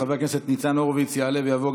חבר הכנסת ניצן הורוביץ' יעלה ויבוא.